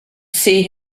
see